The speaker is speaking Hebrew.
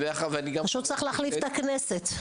פשוט צריך להחליף את הכנסת.